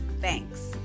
thanks